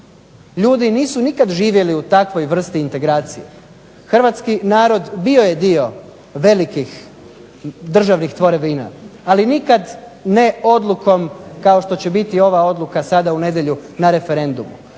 Ljudi nisu nikada živjeli u takvoj vrsti integracije. Hrvatski narod bio je dio velikih državnih tvorevina, ali nikada ne odlukom kao što će biti sada ova odluka u nedjelju na referendumu.